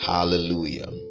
Hallelujah